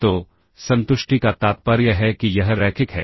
तो संतुष्टि का तात्पर्य है कि यह रैखिक है